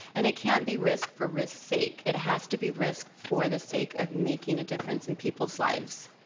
and it can't be risk for risk's sake. it has to be risk for the sake of making a difference in people's lives.